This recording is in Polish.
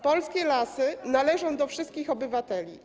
Polskie lasy należą do wszystkich obywateli.